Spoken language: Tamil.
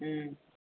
ம்